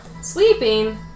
Sleeping